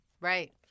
right